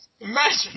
Imagine